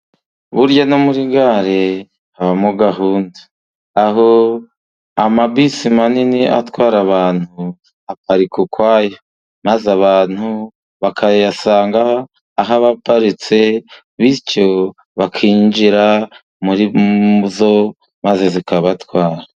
Burya no muri gare habamo gahunda aho amabisi manini atwara abantu, ukwayo maze abantu bakayasanga ahaparitse bityo bakinjira muri zo maze zikabatwara.